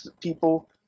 people